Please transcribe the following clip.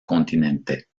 continente